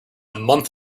month